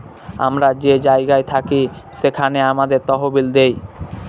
আমরা যে জায়গায় থাকি সেখানে আমাদের তহবিল দেয়